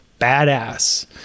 badass